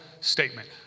statement